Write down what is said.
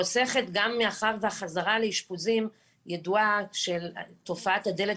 חוסכת גם מאחר והחזרה לאשפוזים ידועה כתופעת הדלת